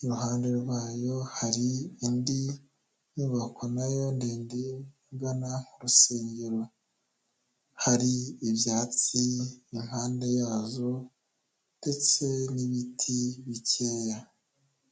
iruhande rwayo hari indi nyubako nayo ndende igana mu rusengero, hari ibyatsi impande yazo ndetse n'ibiti bikeya.